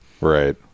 Right